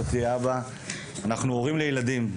הורים לילדים,